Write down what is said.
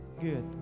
good